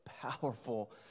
powerful